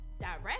direct